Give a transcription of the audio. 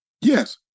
Yes